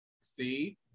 See